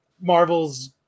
Marvel's